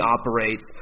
operates